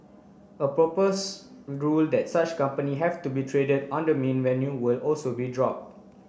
a propose rule that such company have to be traded on the mean venue will also be drop